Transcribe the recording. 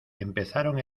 empezaron